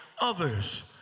others